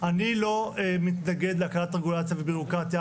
אני לא מתנגד להקלת רגולציה וביורוקרטיה